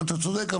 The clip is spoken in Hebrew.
אתה צודק.